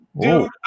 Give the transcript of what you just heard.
Dude